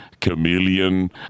chameleon